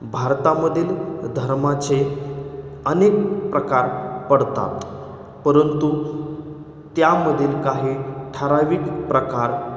भारतामधील धर्माचे अनेक प्रकार पडतात परंतु त्यामधील काही ठराविक प्रकार